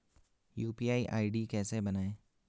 UPI ID कैसे बनायें?